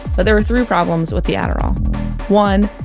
but there were three problems with the adderall one,